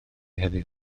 heddiw